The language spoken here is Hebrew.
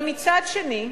אבל מצד שני,